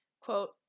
Quote